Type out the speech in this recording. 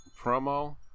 promo